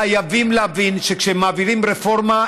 חייבים להבין שכשמעבירים רפורמה,